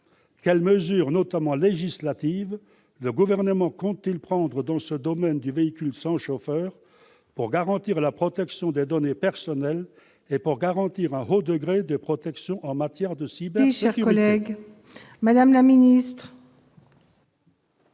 quelles mesures, notamment législatives, le Gouvernement compte-t-il prendre dans le domaine du véhicule sans chauffeur pour garantir la protection des données personnelles et un haut degré de cybersécurité ?